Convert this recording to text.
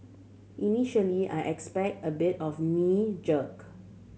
initially I expect a bit of a knee jerk